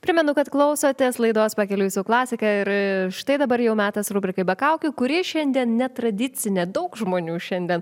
primenu kad klausotės laidos pakeliui su klasika ir štai dabar jau metas rubrikai be kaukių kuri šiandien netradicinė daug žmonių šiandien